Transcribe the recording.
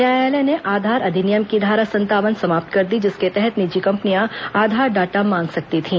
न्यायालय ने आधार अधिनियम की धारा संतावन समाप्त कर दी जिसके तहत निजी कम्पनियां आधार डाटा मांग सकती थी